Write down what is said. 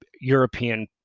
European